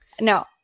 No